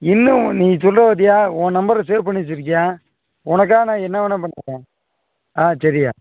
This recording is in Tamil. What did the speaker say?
இல்லை நீ சொல்கிற பார்த்தியா உன் நம்பரை சேவ் பண்ணி வச்சுருக்குயா உனக்காக நான் என்ன வேண்ணால் பண்ணுவேன்யா ஆ சரிய்யா